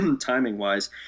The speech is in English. timing-wise